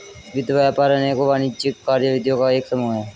वित्त व्यापार अनेकों वाणिज्यिक कार्यविधियों का एक समूह है